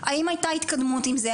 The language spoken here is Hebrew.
האם הייתה התקדמות עם זה?